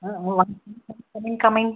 ஆ வா coming coming